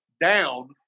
down